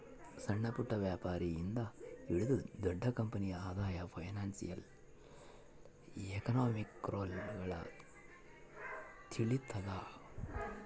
ಸಣ್ಣಪುಟ್ಟ ವ್ಯಾಪಾರಿ ಇಂದ ಹಿಡಿದು ದೊಡ್ಡ ಕಂಪನಿ ಆದಾಯ ಫೈನಾನ್ಶಿಯಲ್ ಎಕನಾಮಿಕ್ರೊಳಗ ತಿಳಿತದ